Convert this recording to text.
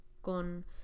con